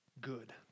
good